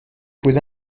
posé